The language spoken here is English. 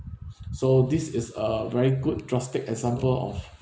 so this is a very good drastic example of